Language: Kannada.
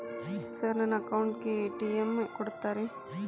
ಸರ್ ನನ್ನ ಅಕೌಂಟ್ ಗೆ ಎ.ಟಿ.ಎಂ ಕೊಡುತ್ತೇರಾ?